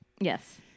Yes